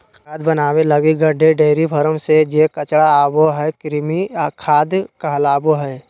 खाद बनाबे लगी गड्डे, डेयरी फार्म से जे कचरा आबो हइ, कृमि खाद कहलाबो हइ